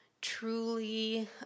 truly